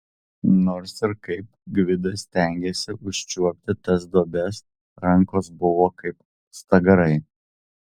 nors ir kaip gvidas stengėsi užčiuopti tas duobes rankos buvo kaip stagarai